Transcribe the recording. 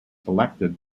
selected